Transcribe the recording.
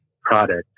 product